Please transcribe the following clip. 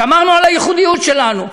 שמרנו על הייחודיות שלנו.